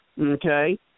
Okay